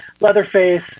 Leatherface